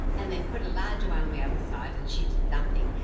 and then put a larger one on the other side and she did nothing.